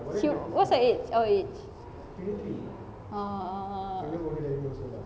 cute what's her age our age oh